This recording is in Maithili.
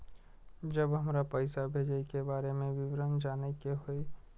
जब हमरा पैसा भेजय के बारे में विवरण जानय के होय?